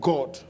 God